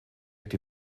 die